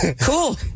Cool